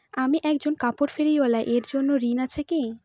আমি একজন কাপড় ফেরীওয়ালা এর জন্য কোনো ঋণ আছে?